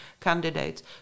candidates